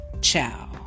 ciao